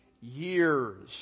years